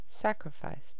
sacrificed